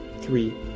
three